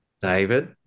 David